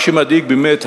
מה שמדאיג באמת,